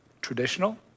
Traditional